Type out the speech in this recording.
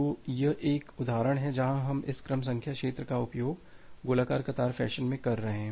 तो यह एक उदाहरण है जहां हम इस क्रम संख्या क्षेत्र का उपयोग गोलाकार कतार फैशन में कर रहे हैं